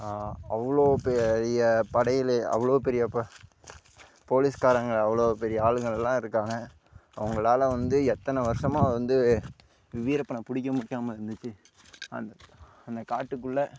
அவ்வளோ பெரிய படையில் அவ்வளோ பெரிய போலீஸ்காரங்க அவ்வளோ பெரிய ஆளுங்கள்லாம் இருக்காங்க அவங்களால வந்து எத்தனை வருடமா வந்து வீரப்பனை பிடிக்க முடியாமல் இருந்துச்சு அந் அந்த காட்டுக்குள்ள